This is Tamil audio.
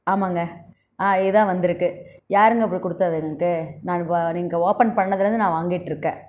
ஆமாங்க ஆ இதுதான் வந்திருக்கு யாருங்க அப்புறம் கொடுத்தது எங்களுக்கு நாங்கள் நீங்கள் ஓப்பன் பண்ணிணதுலேருந்து வாங்கிட்டிருக்கேன்